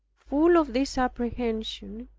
full of this apprehension,